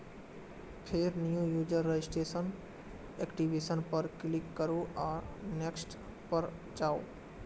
फेर new user registration, activation पर click करू आ नेक्स्ट पर जाउ